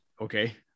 Okay